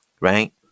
Right